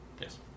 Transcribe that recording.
Yes